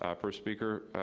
ah per speaker,